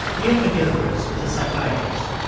iain mcgilchrist is a psychiatrist.